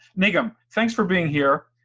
nigam, thanks for being here.